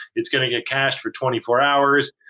it's going to get cashed for twenty four hours.